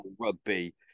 rugby